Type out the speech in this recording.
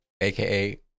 aka